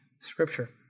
Scripture